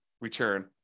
return